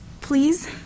please